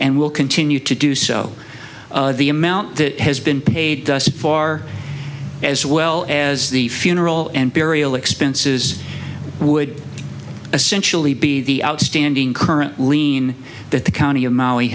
and will continue to do so the amount that has been paid thus far as well as the the funeral and burial expenses would essentially be the outstanding current lien that the county of m